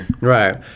Right